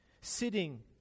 sitting